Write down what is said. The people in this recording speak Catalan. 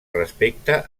respecte